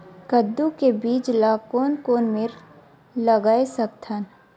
कददू के बीज ला कोन कोन मेर लगय सकथन?